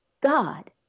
God